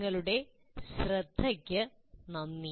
നിങ്ങളുടെ ശ്രദ്ധയ്ക്ക് നന്ദി